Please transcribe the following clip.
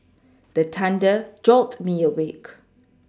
the thunder jolt me awake